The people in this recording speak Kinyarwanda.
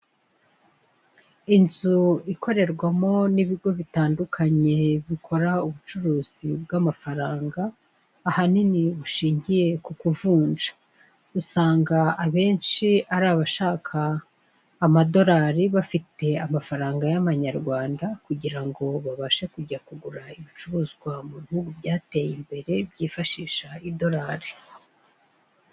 Inzu ikorerwamo n'ibigo bitandukanye bikora ubucuruzi bw'amafaranga, ahanini bushingiye ku kuvunja, usanga abenshi ari abashaka Amadolari bafite amafaranga y'Amanyarwanda kugira ngo babashe kujya kugura ibicuruzwa mu bihugu byateye imbere byifashisha idolari.